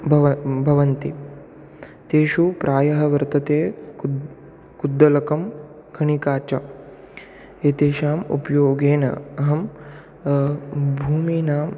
भव भवन्ति तेषु प्रायः वर्तते कुद् कुद्दलकं खणिका च एतेषाम् उपयोगेन अहं भूमीनां